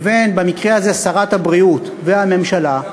במקרה הזה שרת הבריאות והממשלה,